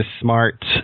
smart